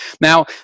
now